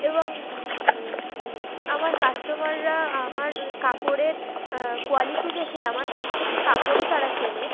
এবং আমার কাস্টমাররা আমার কাপড়ের কোয়ালিটি দেখে আমার কাছ থেকে কাপড়ও তারা কেনে